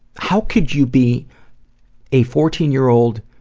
how could you be a fourteen year old